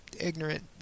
ignorant